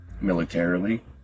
Militarily